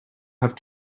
have